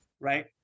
Right